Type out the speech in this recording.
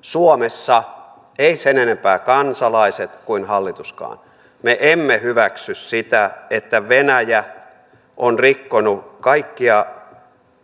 suomessa me sen enempää kansalaiset kuin hallituskaan emme hyväksy sitä että venäjä on rikkonut kaikkia